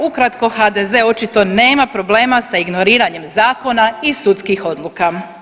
Ukratko, HDZ očito nema problema sa ignoriranjem zakona i sudskih odluka.